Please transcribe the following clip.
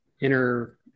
inner